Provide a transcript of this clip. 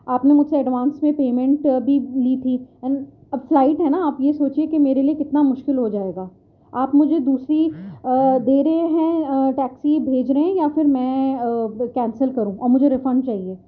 آپ نے مجھ سے ایڈوانس میں پیمنٹ بھی لی تھی اینڈ اب فلائٹ ہے نا آپ یہ سوچیے کہ میرے لیے کتنا مشکل ہو جائے گا آپ مجھے دوسری دے رہے ہیں ٹیکسی بھیج رہے ہیں یا پھر میں کینسل کروں اور مجھے ریفنڈ چاہیے